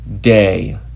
day